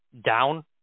down